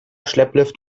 schlepplift